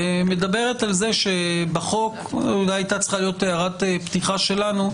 שמדברת על זה שבחוק אולי היתה צריכה להיות הערת פתיחה שלנו.